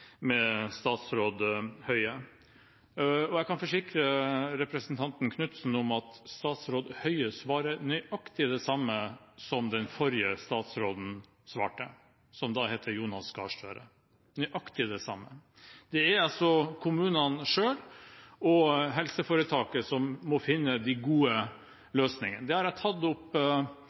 med statsråd Høie. Jeg kan forsikre representanten Knutsen om at statsråd Høie svarer nøyaktig det samme som den forrige statsråden svarte, som da het Jonas Gahr Støre – nøyaktig det samme. Det er kommunene selv og helseforetaket som må finne de gode løsningene. Det tok jeg opp